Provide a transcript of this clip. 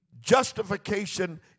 justification